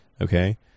okay